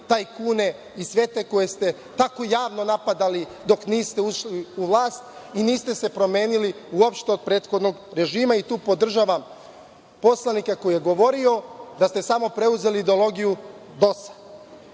tajkune i sve te koje ste tako javno napadali dok niste ušli u vlast i niste se promenili uopšte od prethodnog režima i tu podržavam poslanika koji je govorio da ste samo preuzeli ideologiju DOS-a. Kada